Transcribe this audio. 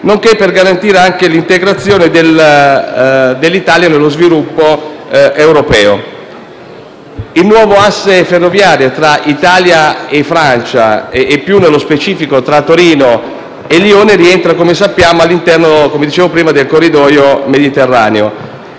nonché per garantire l'integrazione dell'Italia nello sviluppo europeo. Il nuovo asse ferroviario tra Italia e Francia - e, più nello specifico, tra Torino e Lione - rientra, come sappiamo, all'interno del corridoio mediterraneo.